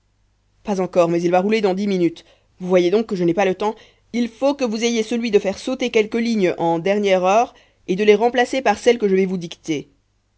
pas encore mais il va rouler dans dix minutes vous voyez donc que je n'ai pas le temps il faut que vous ayez celui de faire sauter quelques lignes en dernière heure et de les remplacer par celles que je vais vous dicter